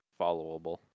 followable